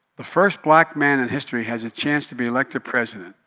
the first black man in history has a chance to be elected president,